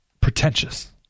pretentious